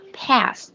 pass